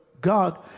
God